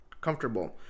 comfortable